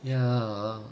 ya